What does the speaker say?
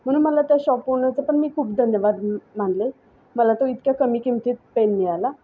म्हणून मला त्या शॉपओनरचं पण मी खूप धन्यवाद मानले मला तो इतक्या कमी किमतीत पेन मिळाला